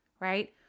right